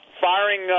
firing